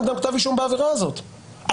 הוא כותב שם: "אשרי יושבי קריית גת" הבן